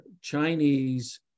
Chinese